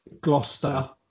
Gloucester